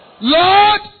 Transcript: Lord